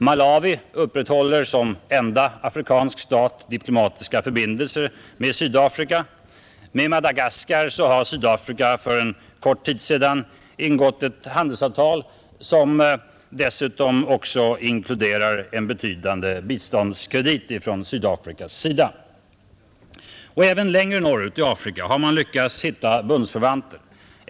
Malawi upprätthåller som enda afrikanska stat diplomatiska förbindelser med Sydafrika. Med Madagaskar har Sydafrika för en kort tid sedan ingått ett handelsavtal, som dessutom inkluderar en betydande biståndskredit från Sydafrikas sida. Även längre norr ut i Afrika har man lyckats hitta bundsförvanter.